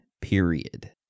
period